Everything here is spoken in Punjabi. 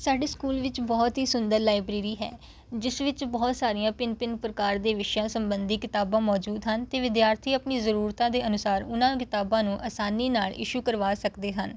ਸਾਡੇ ਸਕੂਲ ਵਿੱਚ ਬਹੁਤ ਹੀ ਸੁੰਦਰ ਲਾਇਬ੍ਰੇਰੀ ਹੈ ਜਿਸ ਵਿੱਚ ਬਹੁਤ ਸਾਰੀਆਂ ਭਿੰਨ ਭਿੰਨ ਪ੍ਰਕਾਰ ਦੇ ਵਿਸ਼ਿਆਂ ਸੰਬੰਧੀ ਕਿਤਾਬਾਂ ਮੌਜੂਦ ਹਨ ਅਤੇ ਵਿਦਿਆਰਥੀ ਆਪਣੀ ਜ਼ਰੂਰਤਾਂ ਦੇ ਅਨੁਸਾਰ ਉਨ੍ਹਾਂ ਕਿਤਾਬਾਂ ਨੂੰ ਆਸਾਨੀ ਨਾਲ ਇਸ਼ੂ ਕਰਵਾ ਸਕਦੇ ਹਨ